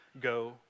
Go